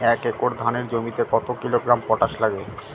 এক একর ধানের জমিতে কত কিলোগ্রাম পটাশ লাগে?